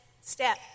Step